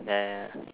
ya